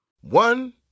One